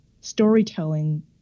storytelling